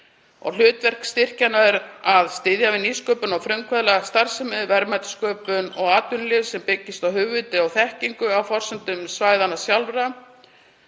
Hlutverk styrkjanna er að styðja við nýsköpun og frumkvöðlastarfsemi, verðmætasköpun og atvinnulíf sem byggist á hugviti og þekkingu, á forsendum svæðanna sjálfra.